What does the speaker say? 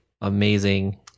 amazing